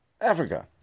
Africa